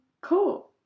Cool